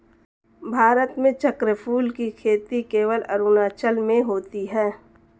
भारत में चक्रफूल की खेती केवल अरुणाचल में होती है